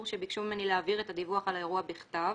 שביקשו ממני להעביר את הדיווח על האירוע בכתב,